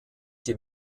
die